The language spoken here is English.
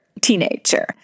teenager